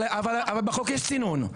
אבל בחוק יש צינון.